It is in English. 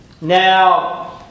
Now